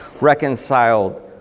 reconciled